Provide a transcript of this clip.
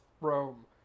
Rome